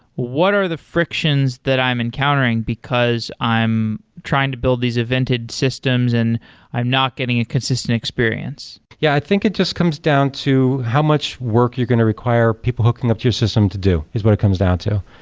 what are the frictions that i'm encountering because i'm trying to build these evented systems and i'm not getting a consistent experience? yeah. i think it just comes down to how much work you're going to require people hooking up your system to do, is what it comes down to.